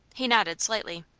he nodded slightly.